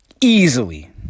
easily